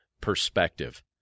perspective